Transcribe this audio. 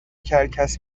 کرکس